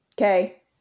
Okay